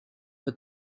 but